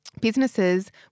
Businesses